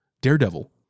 Daredevil